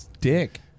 dick